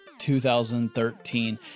2013